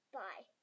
bye